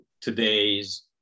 today's